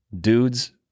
dudes